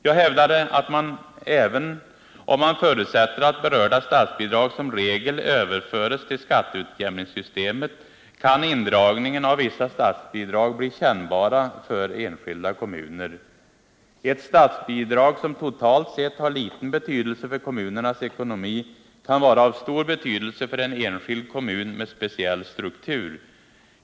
Jag hävdade att även om man förutsätter att berörda statsbidrag som regel överförs till skatteutjämningssystemet kan indragningen av vissa statsbidrag bli kännbara för enskilda kommuner. Ett statsbidrag som totalt sett har liten betydelse för kommunernas ekonomi kan vara av stor betydelse för en enskild kommun med speciell struktur.